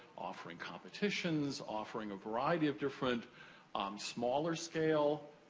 offering competitions, offering a variety of different smaller-scale,